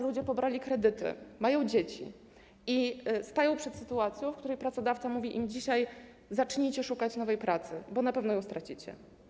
Ludzie pobrali kredyty, mają dzieci i stają przed sytuacją, w której pracodawca mówi im dzisiaj: zacznijcie szukać nowej pracy, bo na pewno ją stracicie.